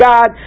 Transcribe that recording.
God